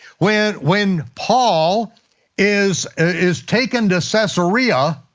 when when paul is is taken to so caesarea,